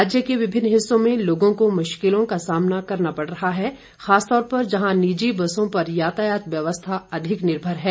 राज्य के विभिन्न हिस्सों में लोगों को मुश्किलों का सामना करना पड़ रहा है खासकर जहां निजी बसों पर यातायात व्यवस्था अधिक निर्भर है